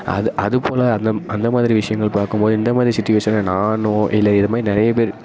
அது அது போல் அந்த அந்த மாதிரி விஷயங்கள் பார்க்கும் போது இந்த மாதிரி சுட்சுவேஷனில் நான் இல்லை இது மாதிரி நிறைய பேர்